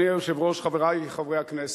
אדוני היושב-ראש, חברי חברי הכנסת,